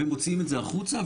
ומוציאים את זה החוצה.